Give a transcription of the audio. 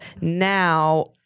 Now